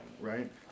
right